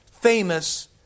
famous